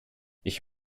ich